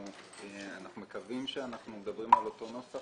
אנחנו מקווים שאנחנו מדברים על אותו נוסח.